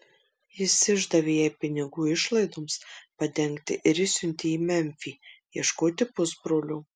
jis išdavė jai pinigų išlaidoms padengti ir išsiuntė į memfį ieškoti pusbrolio